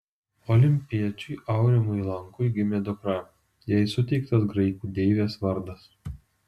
olimpiečiui aurimui lankui gimė dukra jai suteiktas graikų deivės vardas